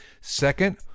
Second